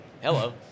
hello